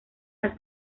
las